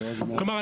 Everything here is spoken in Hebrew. כלומר,